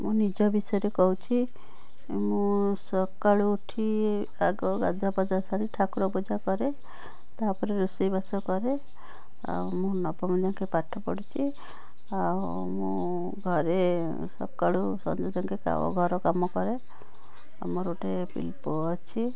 ମୋ ନିଜ ବିଷୟରେ କହୁଛି ମୁଁ ସକାଳୁ ଉଠି ଆଗ ଗାଧୁଆପାଧୁଆ ସାରି ଠାକୁର ପୂଜା କରେ ତାପରେ ରୋଷେଇବାସ କରେ ଆଉ ମୁଁ ନବମ ଯାକେ ପାଠପଢ଼ିଛି ଆଉ ମୁଁ ଘରେ ସକାଳୁ ସଞ୍ଜ ଯାକେ ଘରକାମ କରେ ଆଉ ମୋର ଗୋଟେ ପୁଅ ଅଛି